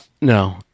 No